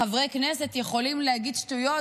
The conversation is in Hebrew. חברי הכנסת יכולים להגיד שטויות,